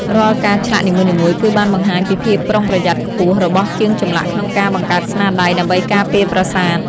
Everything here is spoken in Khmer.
រាល់ក្បាច់ឆ្លាក់នីមួយៗគឺបានបង្ហាញពីភាពប្រុងប្រយ័ត្នខ្ពស់របស់ជាងចម្លាក់ក្នុងការបង្កើតស្នាដៃ ដើម្បីការពារប្រាសាទ។